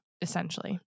essentially